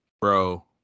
bro